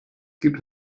gibt